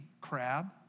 crab